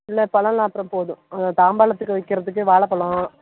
இல்லை பழலாம் அப்றம் போதும் தாம்பாளத்துக்கு வைக்கிறதுக்கு வாழைப்பலோம்